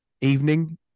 evening